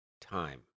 time